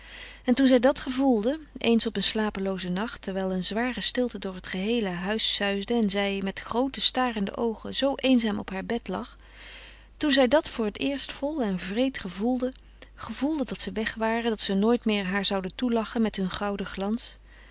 en toen zij dat gevoelde eens in een slapeloozen nacht terwijl eene zware stilte door het geheele huis suisde en zij met groote starende oogen zoo eenzaam op heur bed lag toen zij dat voor het eerst vol en wreed gevoelde dat ze weg waren dat ze nooit meer haar zouden toelachen met hun gouden glans